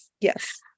Yes